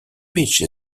beach